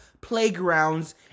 Playgrounds